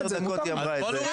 לפני כמעט עשר דקות היא אמרה את זה.